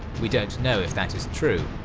we don't know if that is true,